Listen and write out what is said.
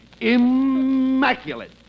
Immaculate